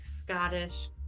Scottish